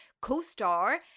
co-star